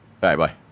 Bye-bye